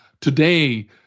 today